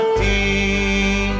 tea